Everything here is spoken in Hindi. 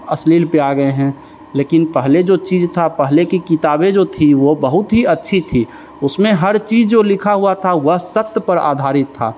अश्लीलता पर आ गए हैं लेकिन पहले जो चीज था पहले की किताबें जो थीं वो बहुत ही अच्छी थीं उसमें हर चीज जो लिखा हुआ था वह सत्य पर आधारित था